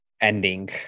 ending